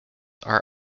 are